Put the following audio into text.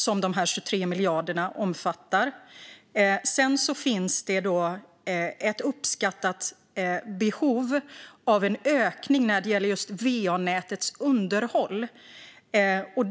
Sedan finns det ett uppskattat behov av en ökning när det gäller just va-nätets underhåll.